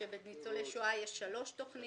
כשלניצולי שואה יש שלוש תכניות.